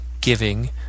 giving